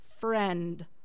Friend